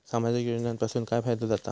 सामाजिक योजनांपासून काय फायदो जाता?